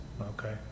okay